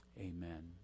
Amen